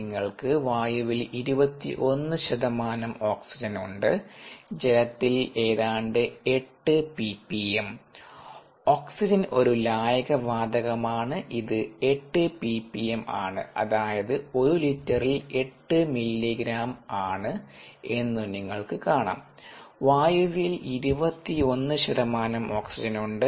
നിങ്ങൾക്ക് വായുവിൽ 21 ശതമാനം ഓക്സിജൻ ഉണ്ട്ജലത്തിൽ ഏതാണ്ട് 8 പിപിഎം ഓക്സിജൻ ഒരു ലായക വാതകമാണ് ഇത് 8 പിപിഎം ആണ് അതായത് ഒരു ലിറ്ററിൽ 8 മില്ലി ഗ്രാം ആണ് എന്നു നിങ്ങൾക്ക് കാണാം വായുവിൽ 21 ശതമാനം ഓക്സിജൻ ഉണ്ട്